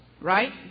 Right